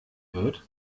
wird